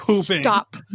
stop